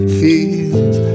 feels